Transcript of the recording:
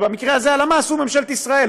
ובמקרה הזה הלמ"ס היא ממשלת ישראל,